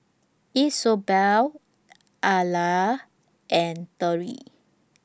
Isobel Alia and